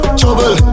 trouble